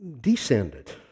descended